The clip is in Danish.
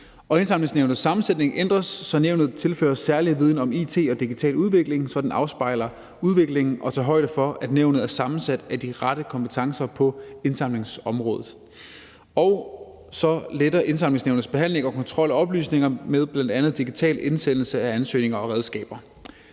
Indsamlingsnævnets sammensætning ændres, så nævnet tilføres særlig viden om it og digital udvikling, så den afspejler udviklingen og tager højde for, at nævnet er sammensat af de rette kompetencer på indsamlingsområdet. Og så lettes Indsamlingsnævnets behandling af og kontrol med oplysninger ved bl.a. digital indsendelse af ansøgninger og regnskaber.